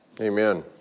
amen